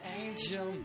angel